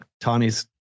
Tawny's